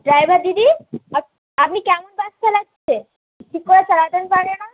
driver দিদি আপ আপনি কেমন বাস চালাচ্ছেন ঠিক করে চালাতেই জানে না